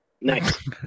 Nice